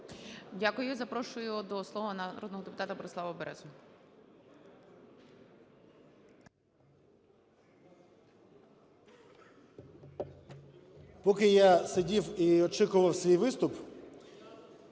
Дякую. Запрошую до слова народного депутата Головка. Прошу,